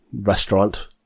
restaurant